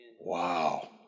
Wow